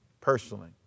personally